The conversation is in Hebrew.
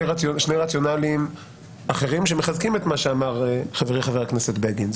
רציונלים אחרים שמחזקים את מה שאמר חברי חבר הכנסת בגין.